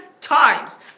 times